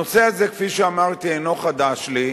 הנושא הזה, כפי שאמרתי, אינו חדש לי.